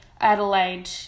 Adelaide